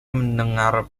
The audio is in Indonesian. mendengar